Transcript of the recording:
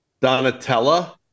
Donatella